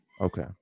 Okay